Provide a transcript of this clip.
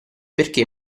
perché